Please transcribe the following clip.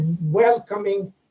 welcoming